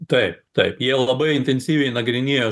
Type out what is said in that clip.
taip taip jie labai intensyviai nagrinėjo